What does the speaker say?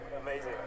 amazing